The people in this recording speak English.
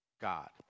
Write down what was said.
God